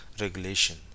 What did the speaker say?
regulation